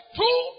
two